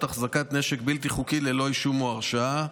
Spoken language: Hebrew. החזקת נשק בלתי חוקי ללא אישום או הרשעה.